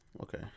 Okay